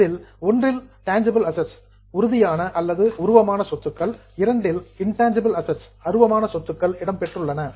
அதில் இல் tangible assets உறுதியான அல்லது உருவமான சொத்துக்கள் இல் இன்டான்ஜிபிள் அசட்ஸ் அருவமான சொத்துக்கள் இடம்பெற்றுள்ளன